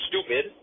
stupid